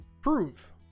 prove